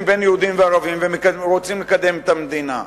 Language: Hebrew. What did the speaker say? שבין יהודים וערבים והם רוצים לקדם את המדינה.